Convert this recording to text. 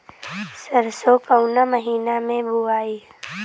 सरसो काउना महीना मे बोआई?